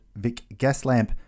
VicGasLamp